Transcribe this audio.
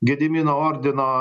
gedimino ordino